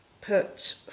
put